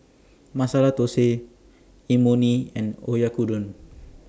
Masala Dosi Imoni and Oyakodon